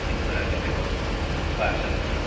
ᱱᱤᱪ ᱵᱟᱲᱟ ᱠᱟᱛᱮᱫ ᱠᱚ ᱯᱟᱥ ᱟᱠᱚ